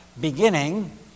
beginning